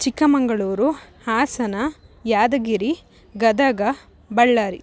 Chikkamagaluru Hassan Yadgir Gadag Ballari